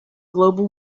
global